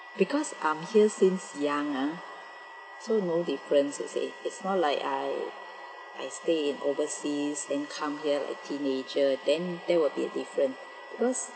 because I'm here since young ah so no difference you see it's not like I I stay in overseas then come here like teenager then there will be a different because